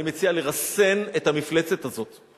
אני מציע לרסן את המפלצת הזאת.